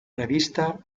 revista